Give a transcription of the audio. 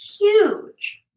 Huge